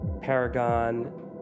Paragon